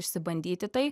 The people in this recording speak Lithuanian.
išsibandyti tai